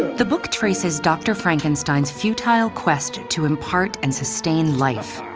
the book traces dr. frankenstein's futile quest to impart and sustain life.